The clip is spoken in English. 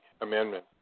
amendment